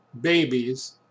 babies